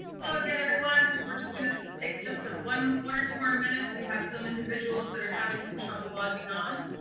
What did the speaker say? hello again, everyone. we're just going to take just one one or two more minutes. we have some individuals that are having some trouble logging on,